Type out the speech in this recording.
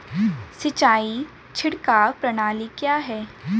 सिंचाई छिड़काव प्रणाली क्या है?